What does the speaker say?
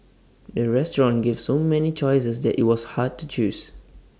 the restaurant gave so many choices that IT was hard to choose